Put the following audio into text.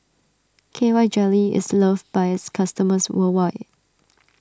K Y Jelly is loved by its customers worldwide